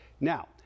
now